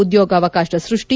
ಉದ್ಯೋಗಾವಕಾಶ ಸೃಷ್ಟಿ